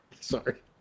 Sorry